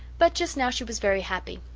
but just now she was very happy.